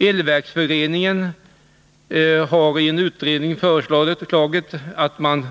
Elverksföreningen har i en utredning föreslagit att man